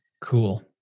Cool